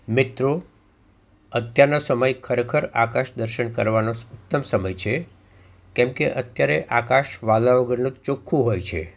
મિત્રો અત્યારના સમય ખરેખર આકાશ દર્શન કરવાનો ઉત્તમ સમય છે કેમકે અત્યારે આકાશ વાદળ વગરનું ચોખ્ખું હોય છે